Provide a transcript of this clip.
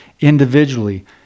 individually